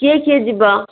କିଏ କିଏ ଯିବ